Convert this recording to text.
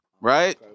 right